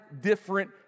different